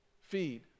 feed